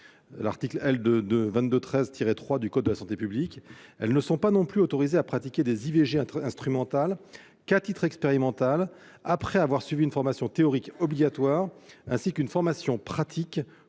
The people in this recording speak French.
l'article L. 2213-3 du code de la santé publique. De plus, elles ne sont autorisées à pratiquer des IVG instrumentales qu'à titre expérimental, après avoir suivi une formation théorique obligatoire ainsi qu'une formation pratique